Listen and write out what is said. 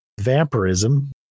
vampirism